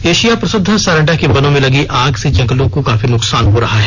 Asia प्रसिद्ध सारंडा के वनों में लगी आग से जंगलों को काफी नुकसान हो रहा है